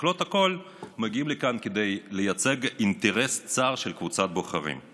ככלות הכול מגיעים לכאן כדי לייצג אינטרס צר של קבוצת בוחרים.